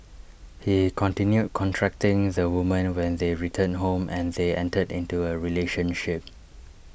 he continued contacting the woman when they returned home and they entered into A relationship